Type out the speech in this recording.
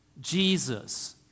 Jesus